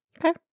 Okay